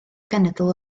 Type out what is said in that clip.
genedl